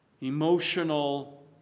emotional